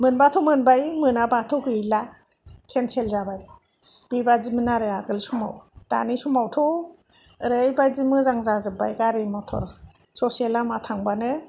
मोनबाथ' मोनबाय मोनाबाथ' गैला केन्सेल जाबाय बे बायदिमोन आरो आगोल समाव दानि समावथ' ओरैबादि मोजां जाजोबबाय गारि मथर ससे लामा थांबानो